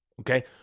okay